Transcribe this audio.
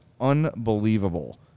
unbelievable